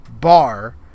bar